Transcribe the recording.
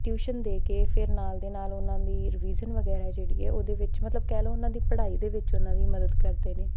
tuition ਦੇ ਕੇ ਫਿਰ ਨਾਲ ਦੀ ਨਾਲ ਉਹਨਾਂ ਦੀ ਰਵੀਜ਼ਨ ਵਗੈਰਾ ਜਿਹੜੀ ਹੈ ਉਹਦੇ ਵਿੱਚ ਮਤਲਬ ਕਹਿ ਲਓ ਉਹਨਾਂ ਦੀ ਪੜ੍ਹਾਈ ਦੇ ਵਿੱਚ ਉਹਨਾਂ ਦੀ ਮਦਦ ਕਰਦੇ ਨੇ